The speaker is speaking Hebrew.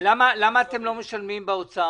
באיזה תאריך?